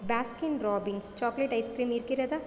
Baskin Robbins chocolate ice cream இருக்கிறதா